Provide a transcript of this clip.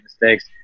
mistakes